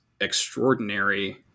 extraordinary